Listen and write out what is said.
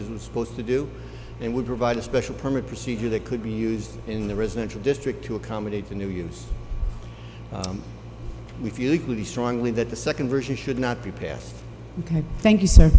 is supposed to do it would provide a special permit procedure that could be used in the residential district to accommodate the new use we feel equally strongly that the second version should not be passed ok thank you s